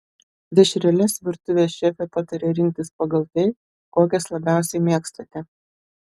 dešreles virtuvės šefė pataria rinktis pagal tai kokias labiausiai mėgstate